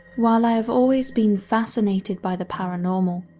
while i have always been fascinated by the paranormal,